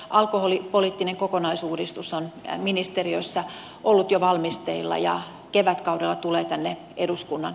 alkoholipoliittinen kokonaisuudistus on ministeriössä ollut jo valmisteilla ja tulee kevätkaudella tänne eduskunnan